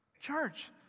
Church